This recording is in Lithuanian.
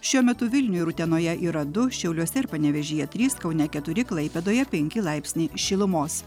šiuo metu vilniuj ir utenoje yra du šiauliuose ir panevėžyje trys kaune keturi klaipėdoje penki laipsniai šilumos